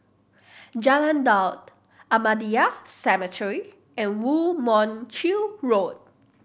Jalan Daud Ahmadiyya Cemetery and Woo Mon Chew Road